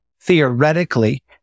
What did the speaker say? theoretically